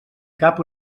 cap